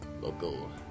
local